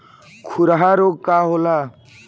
खुरहा रोग का होला?